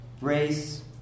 race